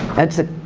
that's the